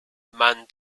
man